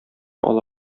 ала